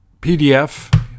PDF